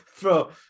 bro